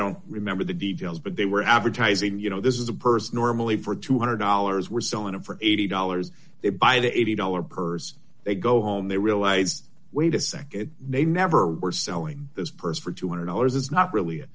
don't remember the details but they were advertising you know this is a person or i'm away for two hundred dollars were so in it for eighty dollars they buy the eighty dollars purse they go home they realized wait a nd they never are selling this purse for two hundred dollars it's not really a